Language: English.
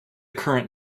current